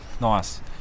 nice